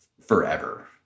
forever